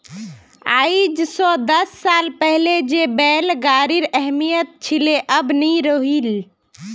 आइज स दस साल पहले जे बैल गाड़ीर अहमियत छिले अब नइ रह ले